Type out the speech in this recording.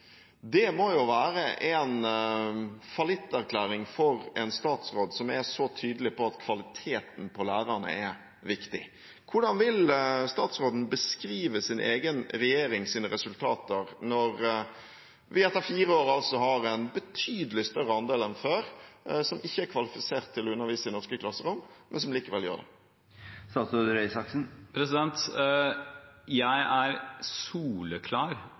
Det må være en fallitterklæring for en statsråd som er så tydelig på at kvaliteten på lærerne er viktig. Hvordan vil statsråden beskrive sin egen regjerings resultater, når vi etter fire år har en betydelig større andel enn før som ikke er kvalifisert til å undervise i norske klasserom, men som likevel gjør det? Jeg er soleklar